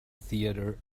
theater